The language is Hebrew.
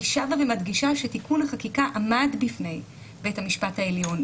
אני שבה ומדגישה שתיקון החקיקה עמד בפני בית המשפט העליון,